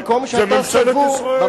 זאת ממשלת ישראל.